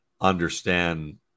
understand